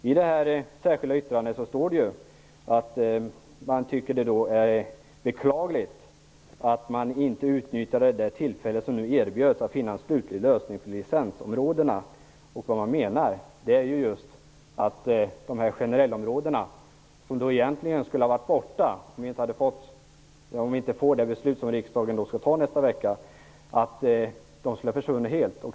I det särskilda yttrandet står det att man tycker att det är beklagligt att man inte utnyttjade det tillfälle som nu erbjöds för att finna en slutlig lösning på frågan om licensområdena. Generellområdena skulle egentligen ha försvunnit helt om vi inte skulle få det beslut som riksdagen kommer att fatta nästa vecka i det här ärendet.